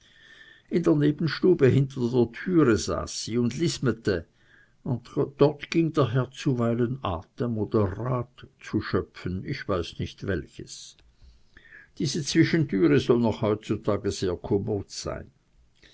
in der nebenstube hinter der türe saß sie und lismete und dort ging der herr zuweilen atem oder rat zu schöpfen ich weiß nicht welches diese zwischentüre soll noch heutzutage sehr komod sein